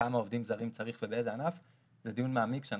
כמה עובדים זרים צריך ובאיזה ענף - זה דיון מעמיק שאנחנו,